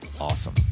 awesome